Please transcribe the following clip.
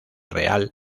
real